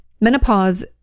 menopause